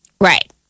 Right